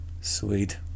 Sweet